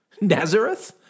Nazareth